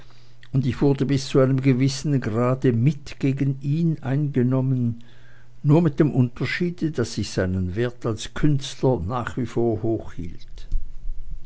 und ich wurde bis zu einem gewissen grade mit gegen ihn eingenommen nur mit dem unterschiede daß ich seinen wert als künstler nach wie vor